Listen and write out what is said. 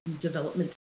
development